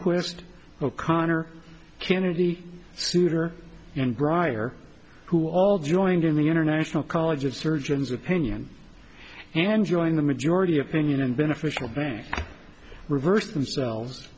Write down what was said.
rehnquist o'connor kennedy souter and grier who all joined in the international college of surgeons opinion and joined the majority opinion and beneficial thing reversed themselves